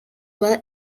were